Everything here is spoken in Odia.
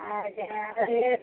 ଆଜ୍ଞା ହେଲେ